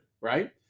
right